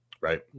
right